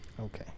Okay